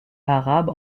arabe